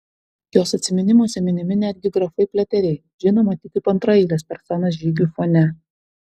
jos atsiminimuose minimi netgi grafai pliateriai žinoma tik kaip antraeilės personos žygių fone